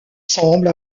semble